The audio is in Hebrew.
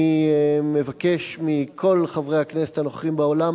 אני מבקש מכל חברי הכנסת הנוכחים באולם